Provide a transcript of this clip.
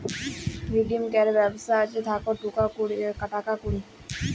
redeem ক্যরের ব্যবস্থা থাক্যে টাকা কুড়ি